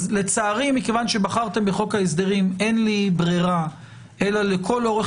אז לצערי כיוון שבחרתם בחוק ההסדרים אין לי ברירה אלא לכל אורך